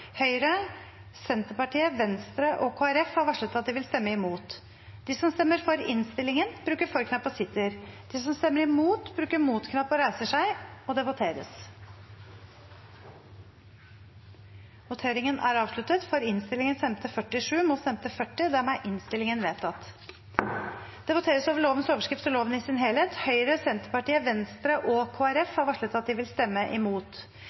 Høyre, Senterpartiet, Venstre og Kristelig Folkeparti har varslet at de vil stemme imot. Det voteres over lovens overskrift og loven i sin helhet. Høyre, Senterpartiet, Venstre og Kristelig Folkeparti har varslet at de vil stemme imot.